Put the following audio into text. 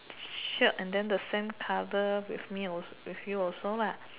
shirt and then the same cover with you with me also lah